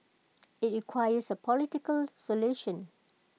IT requires A political solution